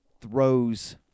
throws